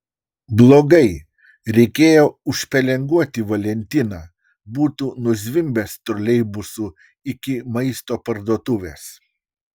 blogai reikėjo užpelenguoti valentiną būtų nuzvimbęs troleibusu iki maisto parduotuvės